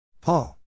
Paul